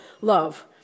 love